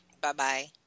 Bye-bye